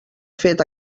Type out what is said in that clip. fet